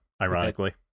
ironically